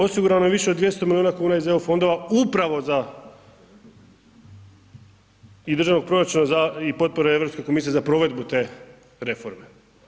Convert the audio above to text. Osigurano je više od 200 milijuna kuna iz EU fondova, upravo za i državnog proračuna i potpore Europske komisije za provedbu te reforme.